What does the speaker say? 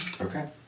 Okay